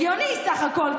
הגיוני בסך הכול,